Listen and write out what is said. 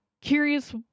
curious